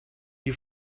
you